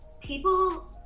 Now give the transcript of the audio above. people